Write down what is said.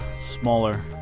smaller